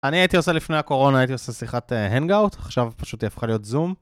אני הייתי עושה לפני הקורונה, הייתי עושה שיחת הנג-אאוט, עכשיו פשוט היא הפכה להיות זום.